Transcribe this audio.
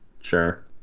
Sure